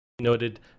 noted